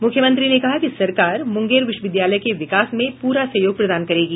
मुख्यमंत्री ने कहा कि सरकार मुंगेर विश्वविद्यालय के विकास में पूरा सहयोग प्रदान करेगी